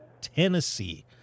Tennessee